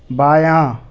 بایاں